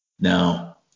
Now